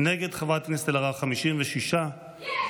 נגד חברת הכנסת אלהרר, 56. יש.